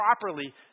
properly